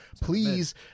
please